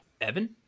Evan